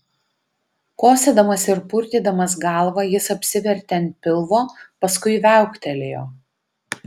kosėdamas ir purtydamas galvą jis apsivertė ant pilvo paskui viauktelėjo